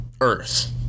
Earth